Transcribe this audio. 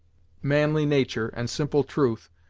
manly nature, and simple truth,